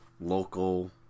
local